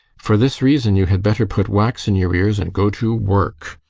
for this reason you had better put wax in your ears and go to work.